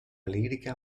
lirica